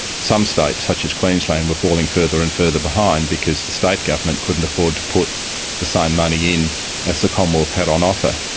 some states such as queensland were falling further and further behind because the state government couldn't afford to put the same money in as the commonwealth had on offer.